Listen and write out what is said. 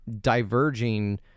diverging